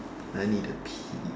I need to pee